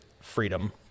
freedom